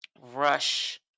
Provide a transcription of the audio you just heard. rush